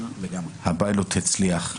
הפיילוט הצליח,